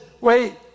wait